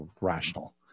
rational